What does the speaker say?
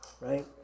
right